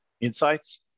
insights